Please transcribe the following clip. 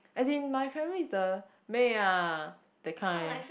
as in my family is the meh ah that kind